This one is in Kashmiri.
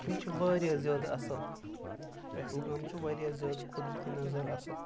تِم چھِ واریاہ زیادٕ اَصٕل پہلگام چھُ واریاہ زیادٕ قُدرٔتی نظارٕ اَصٕل